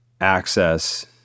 access